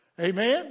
Amen